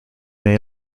may